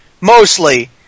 mostly